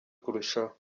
kurushaho